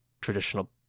traditional